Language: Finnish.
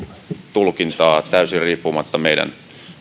tulkintaa täysin riippumatta meidän